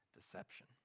deception